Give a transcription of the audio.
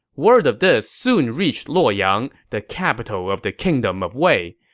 word of this soon reached luoyang, the capital of the kingdom of wei.